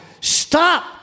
Stop